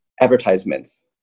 advertisements